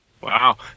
Wow